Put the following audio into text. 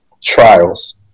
trials